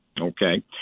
Okay